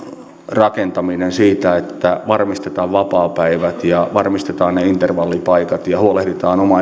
rakentaminen siitä että varmistetaan vapaapäivät ja varmistetaan ne intervallipaikat ja huolehditaan omaishoitajien